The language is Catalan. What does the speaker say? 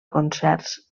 concerts